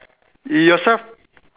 yourself